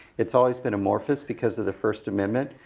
it's always been amorphous because of the first amendment.